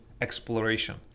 exploration